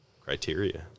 criteria